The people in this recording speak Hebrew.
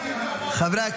במליאה.